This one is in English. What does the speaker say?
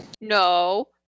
No